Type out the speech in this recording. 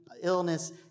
illness